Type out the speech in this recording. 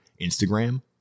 Instagram